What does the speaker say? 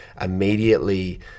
immediately